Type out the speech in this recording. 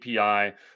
API